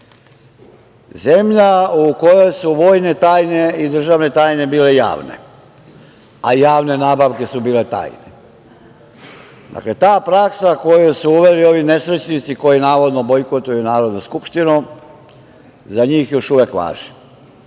Zemlja u kojoj su vojne tajne i državne tajne bile javne, a javne nabavke su bile tajne. Dakle, ta praksa koju su uveli ovi nesrećnici, koji navodno bojkotuju Narodnu skupštinu, za njih još uvek važi,